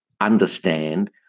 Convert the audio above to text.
understand